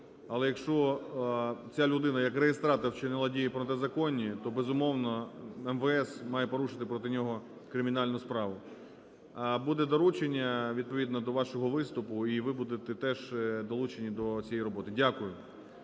Але якщо ця людина як регістратор вчинила дії протизаконні, то, безумовно, МВС має порушити про нього кримінальну справу. Буде доручення відповідно до вашого виступу і ви будете теж долучені до цієї роботи. Дякую.